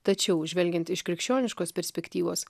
tačiau žvelgiant iš krikščioniškos perspektyvos